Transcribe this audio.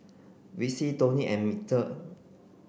Vicy Toni and Mitchell